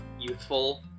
youthful